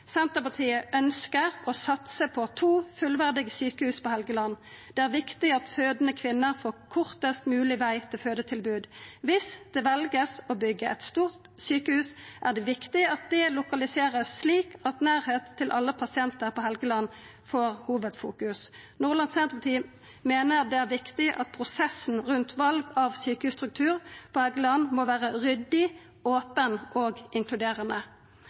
Senterpartiet ønsker å satse på to fullverdige sykehus på Helgeland.» Vidare: «Det er også viktig at fødende kvinner får kortest mulig vei til fødetilbud. Hvis det velges å bygge et stort sykehus er det viktig at det lokaliseres slik at nærhet til alle pasienter på Helgeland får hovedfokus. Nordland Senterparti mener det er viktig at prosessen rundt valg av sykehusstruktur på Helgeland må være ryddig, åpen og inkluderende,